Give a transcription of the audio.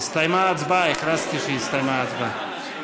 אנחנו עוברים להצבעות.